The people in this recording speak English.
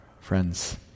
Friends